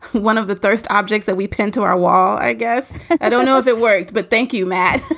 one of the first objects that we pinned to our wall. i guess i don't know if it worked, but thank you, matt. i